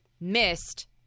missed